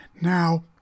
Now